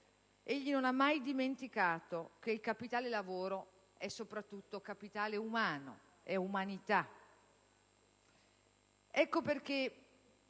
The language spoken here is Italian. egli non ha mai dimenticato che quest'ultimo è soprattutto capitale umano, è umanità. Ecco perché